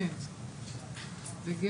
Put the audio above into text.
קיבלנו כמה דפים מהמל"ג עכשיו.